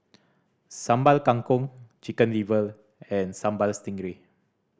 Sambal Kangkong Chicken Liver and Sambal Stingray